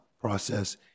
process